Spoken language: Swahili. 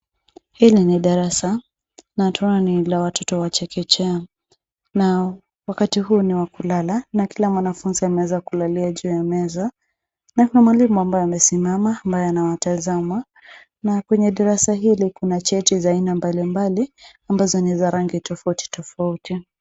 Hili ni darasa na tunaona ni la watoto wa chekechea na wakati huu ni wa kulala na kila mwanafunzi ameweza kulalia juu ya meza na kuna mwalimu ambaye amesimama ambaye anawatazama na kwenye darasa hili kuna cheti za aina mbalimbali ambazo ni za rangi tofauti tofauti.